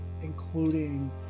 including